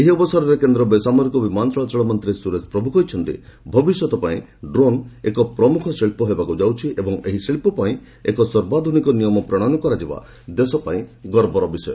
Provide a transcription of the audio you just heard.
ଏହି ଅବସରରେ କେନ୍ଦ୍ର ବେସାମରିକ ବିମାନ ଚଳାଚଳ ମନ୍ତ୍ରୀ ସୁରେଶ ପ୍ରଭୁ କହିଛନ୍ତି ଭବିଷ୍ୟତ ପାଇଁ ଡ୍ରୋନ୍ ଏକ ପ୍ରମୁଖ ଶିଳ୍ପ ହେବାକୁ ଯାଉଛି ଏବଂ ଏହି ଶିଳ୍ପ ପାଇଁ ଏକ ସର୍ବାଧୁନିକ ନିୟମ ପ୍ରଣୟନ କରାଯିବା ଦେଶ ପାଇଁ ଗର୍ବର ବିଷୟ